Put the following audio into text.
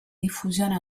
diffusione